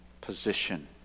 position